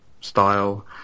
style